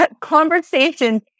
Conversations